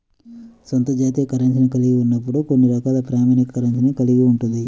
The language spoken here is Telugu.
స్వంత జాతీయ కరెన్సీని కలిగి ఉన్నప్పుడు కొన్ని రకాల ప్రామాణిక కరెన్సీని కలిగి ఉంటది